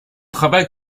travail